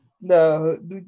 No